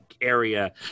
area